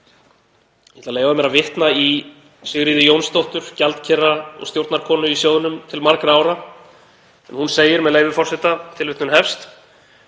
Ég ætla að leyfa mér að vitna í Sigríði Jónsdóttur, gjaldkera og stjórnarkonu í sjóðnum til margra ára. Hún segir, með leyfi forseta: „Fjárfesting